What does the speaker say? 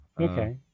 Okay